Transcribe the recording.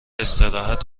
استراحت